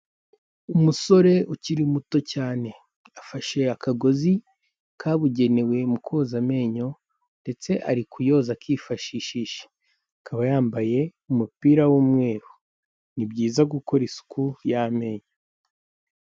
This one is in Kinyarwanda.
Umusore ukiri muto cyane, afashe akagozi kabugenewe mu koza amenyo ndetse ari kuyoza akifashishije, akaba yambaye umupira w'umweru, ni byiza gukora isuku y'amenyo.